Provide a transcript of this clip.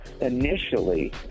Initially